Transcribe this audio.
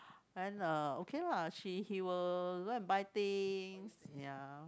and uh okay lah she he will go and buy things ya